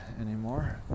anymore